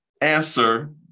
answer